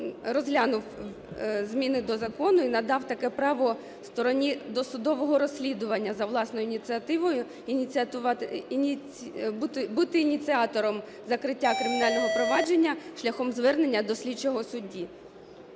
розглянув зміни до закону і надав таке право стороні досудового розслідування за власною ініціативою бути ініціатором закриття кримінального провадження шляхом звернення до слідчого судді.